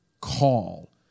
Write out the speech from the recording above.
call